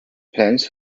plans